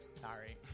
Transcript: Sorry